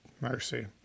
Mercy